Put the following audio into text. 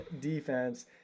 defense